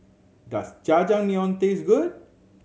does Jajangmyeon taste good